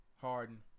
Harden